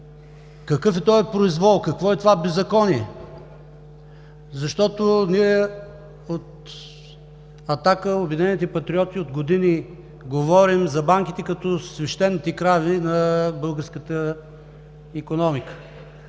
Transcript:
Какъв е този произвол, какво е това беззаконие?!“ Защото ние от „Атака“, „Обединените патриоти“ от години говорим за банките като за „свещените крави“ на българската икономика.